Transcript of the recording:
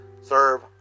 Serve